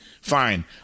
Fine